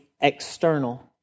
external